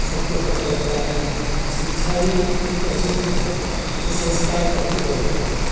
सबको पता लगता है नहीं शिक्षा ही एक ऐसी चीज है जो संस्कार घर की बदल देता है